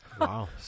Wow